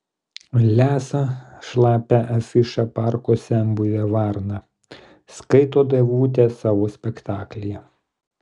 lesa šlapią afišą parko senbuvė varna skaito daivutė savo spektaklyje